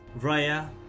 Raya